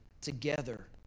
together